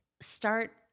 start